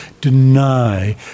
deny